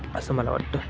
असं मला वाटतं